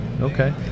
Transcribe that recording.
okay